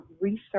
research